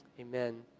amen